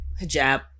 hijab